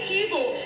evil